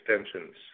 extensions